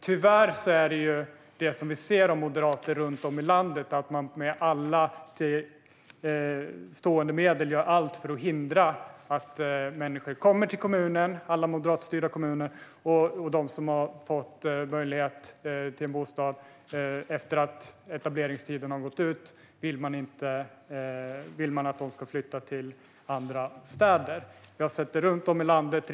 Tyvärr ser vi bland moderater runt om i landet att de med alla till buds stående medel gör allt för att hindra att människor kommer till moderatstyrda kommuner. Och de vill att de flyktingar som har fått en bostad ska flytta till andra städer när etableringstiden har gått ut. Vi har sett det runt om i landet.